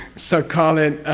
so, call it.